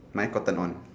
mine Cotton On